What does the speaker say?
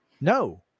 No